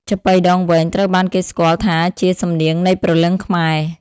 ចាប៉ីដងវែង ត្រូវបានគេស្គាល់ថាជា សំនៀងនៃព្រលឹងខ្មែរ។